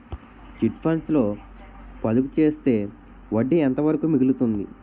Chit funds లో పొదుపు చేస్తే వడ్డీ ఎంత వరకు మిగులుతుంది?